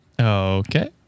Okay